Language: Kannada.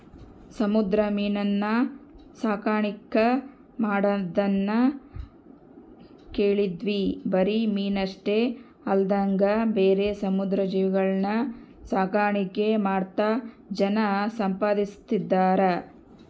ಸಮುದ್ರ ಮೀನುನ್ನ ಸಾಕಣ್ಕೆ ಮಾಡದ್ನ ಕೇಳಿದ್ವಿ ಬರಿ ಮೀನಷ್ಟೆ ಅಲ್ದಂಗ ಬೇರೆ ಸಮುದ್ರ ಜೀವಿಗುಳ್ನ ಸಾಕಾಣಿಕೆ ಮಾಡ್ತಾ ಜನ ಸಂಪಾದಿಸ್ತದರ